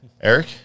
Eric